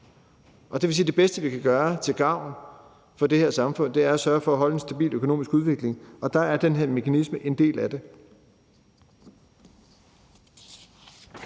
det bedste, vi kan gøre til gavn for det her samfund, er at sørge for at holde en stabil økonomisk udvikling, og der er den her mekanisme en del af det.